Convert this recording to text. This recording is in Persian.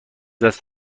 دست